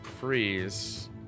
freeze